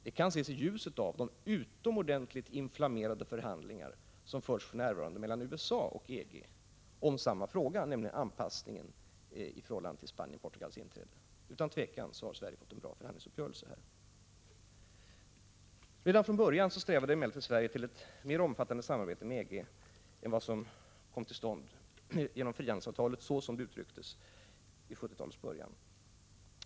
Det kan ses i ljuset av de utomordentligt inflammerade förhandlingar som för närvarande förs mellan USA och EG om samma fråga, nämligen anpassningen i förhållande till Spaniens och Portugals inträde i EG. Sverige har utan tvivel fått en bra förhandlingsuppgörelse. Redan från början strävade emellertid Sverige efter ett mer omfattande samarbete med EG än det samarbete som kom till stånd genom frihandelsavtalet såsom det uttrycktes i början av 1970-talet.